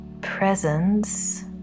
presence